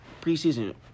preseason –